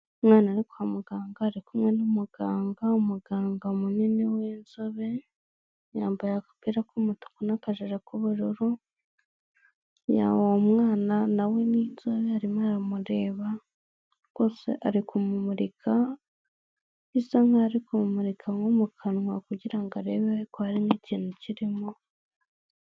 Umwana ari kwa muganga ari kumwe n'umuganga, umuganga munini w'inzobe yambaye agapira k'umutuku n'akajire k'ubururu, uwo mwana nawe ni inzobe arimo aramureba rwose ari kumumurika bisa nkaho ari kumumurika nko mu kanwa kugira ngo arebe ko harimo ikintu kirimo.